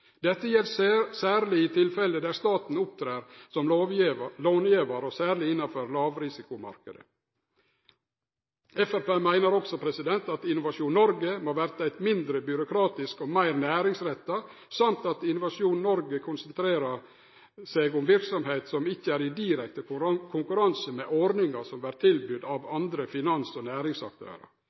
Dette gjeld særleg i tilfelle der staten opptrer som långjevar, og særleg innanfor lågrisikomarknaden. Framstegspartiet meiner også at Innovasjon Noreg må verte mindre byråkratisk og meir næringsretta, samt at Innovasjon Noreg bør konsentrere seg om verksemder som ikkje er i direkte konkurranse med ordningar som vert tilbydde av andre finans- og næringsaktørar.